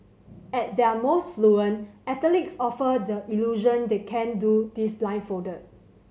at their most fluent athletes offer the illusion they can do this blindfolded